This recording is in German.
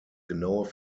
genaue